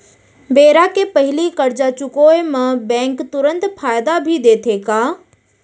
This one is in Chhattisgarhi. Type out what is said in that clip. बेरा के पहिली करजा चुकोय म बैंक तुरंत फायदा भी देथे का?